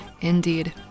Indeed